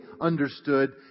understood